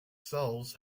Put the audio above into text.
cells